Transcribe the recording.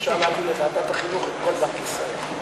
אפשר להביא לוועדת החינוך את כל בנק ישראל.